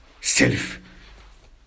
self